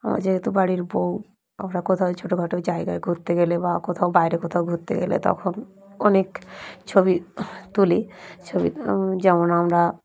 আমরা যেহেতু বাড়ির বউ আমরা কোথাও ছোটোখাটো জায়গায় ঘুরতে গেলে বা কোথাও বাইরে কোথাও ঘুরতে গেলে তখন অনেক ছবি তুলি ছবি যেমন আমরা